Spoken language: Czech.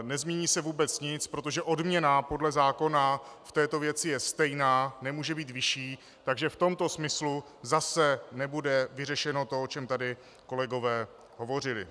Nezmění se vůbec nic, protože odměna podle zákona v této věci je stejná, nemůže být vyšší, takže v tomto smyslu zase nebude vyřešeno to, o čem tady kolegové hovořili.